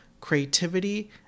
creativity